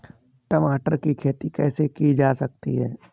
टमाटर की खेती कैसे की जा सकती है?